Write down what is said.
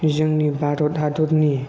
जोंनि भारत हादरनि